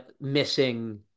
missing